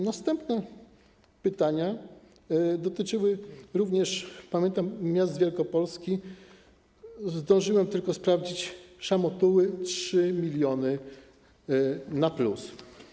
Następne pytania dotyczyły również, pamiętam, miast Wielkopolski, zdążyłem tylko sprawdzić Szamotuły 3 mln na plus.